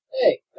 Hey